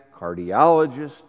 cardiologist